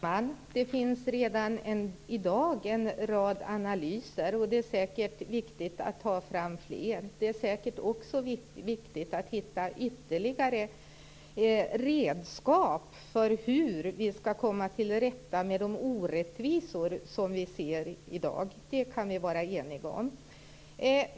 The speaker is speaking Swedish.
Fru talman! Det finns redan i dag en rad analyser. Det är säkert viktigt att ta fram fler. Det är säkert också viktigt att hitta ytterligare redskap för hur vi skall komma till rätta med de orättvisor vi ser i dag. Det kan vi vara eniga om.